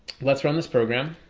let's run this program